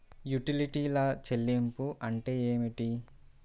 యుటిలిటీల చెల్లింపు అంటే ఏమిటి?